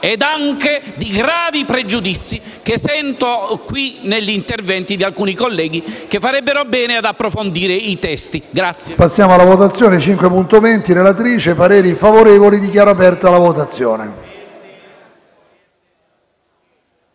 e anche di gravi pregiudizi che sento negli interventi di alcuni colleghi, che farebbero bene ad approfondire i testi.